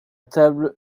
table